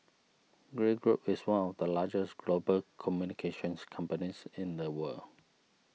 Grey Group is one of the largest global communications companies in the world